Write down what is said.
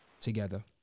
together